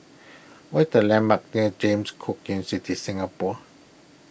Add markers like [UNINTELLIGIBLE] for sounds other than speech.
what the landmarks near James Cook [UNINTELLIGIBLE] Singapore